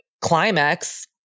climax